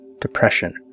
Depression